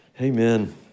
Amen